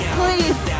please